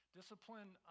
discipline